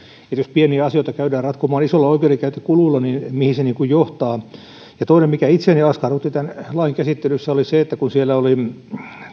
pieniä asioita käydään ratkomaan isoilla oikeudenkäyntikuluilla niin mihin se johtaa toinen mikä itseäni askarrutti tämän lain käsittelyssä oli se että siellä oli